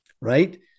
right